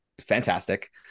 fantastic